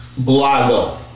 Blago